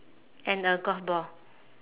and a golf ball